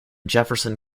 jefferson